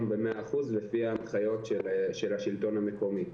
ב-100% לפי ההנחיות של השלטון המקומי.